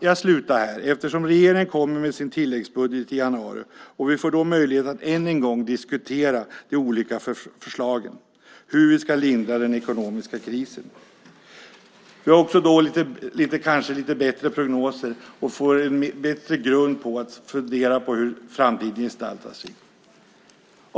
Jag slutar här eftersom regeringen kommer med sin tilläggsbudget i januari och vi då får möjlighet att än en gång diskutera de olika förslagen på hur vi ska lindra den ekonomiska krisen. Vi kanske då har lite bättre prognoser och en bättre grund för att fundera på hur framtiden gestaltar sig.